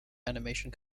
animation